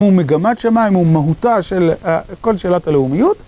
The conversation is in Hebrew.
הוא מגמת שמיים, הוא מהותה של כל שאלת הלאומיות.